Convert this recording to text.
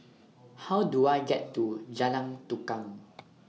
How Do I get to Jalan Tukang